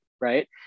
right